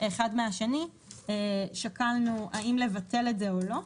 אחד מהשני, שקלנו האם לבטל את זה או לא.